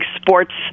sports